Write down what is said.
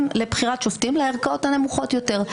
לבחירת שופטים לערכאות הנמוכות יותר.